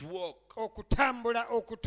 walk